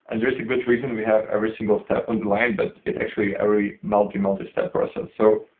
and there is a good reason we have every single step on the line, but it's actually a really multi, multistep for us. um so